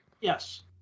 yes